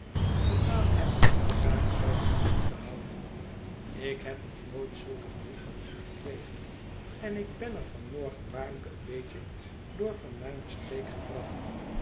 gedaan heb en de zaak zoo gaande te houden ik heb nog nooit zulk een brief van u gekregen en ik ben er van morgen waarlijk een beetje door van mijne streek gebracht